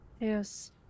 Yes